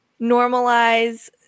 normalize